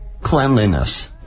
cleanliness